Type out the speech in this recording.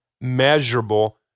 measurable